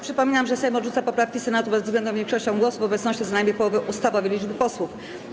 Przypominam, że Sejm odrzuca poprawki Senatu bezwzględną większością głosów w obecności co najmniej połowy ustawowej liczby posłów.